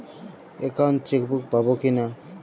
Account chequebook পাবো কি না?